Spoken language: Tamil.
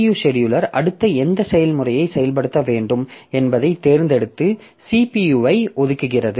CPU செடியூலர் அடுத்து எந்த செயல்முறையை செயல்படுத்த வேண்டும் என்பதைத் தேர்ந்தெடுத்து CPU ஐ ஒதுக்குகிறது